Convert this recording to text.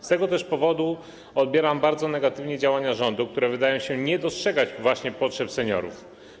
Z tego też powodu odbieram bardzo negatywnie działania rządu, który wydaje się nie dostrzegać właśnie potrzeb seniorów.